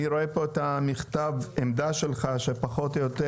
אני רואה פה את מכתב העמדה שלך שפחות או יותר